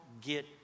get